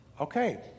Okay